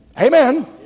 Amen